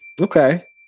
Okay